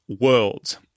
world